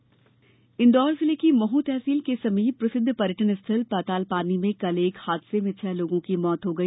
लिफ ट हादसा इंदौर जिले की महू तहसील के समीप प्रसिद्ध पर्यटन स्थल पातालपानी में कल एक हादसे में छह लोगों की मृत्यु हो गई